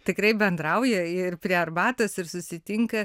tikrai bendrauja ir prie arbatos ir susitinka